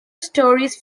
stories